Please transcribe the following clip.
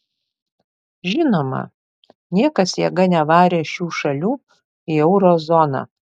žinoma niekas jėga nevarė šių šalių į euro zoną